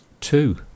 two